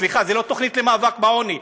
סליחה, זה לא תוכנית למאבק בעוני.